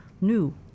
new